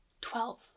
twelve